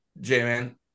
J-Man